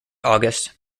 august